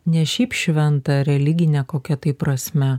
ne šiaip šventa religine kokia tai prasme